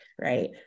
Right